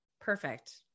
perfect